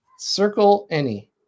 CircleAny